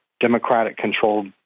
Democratic-controlled